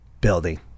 building